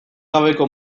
gabeko